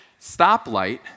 stoplight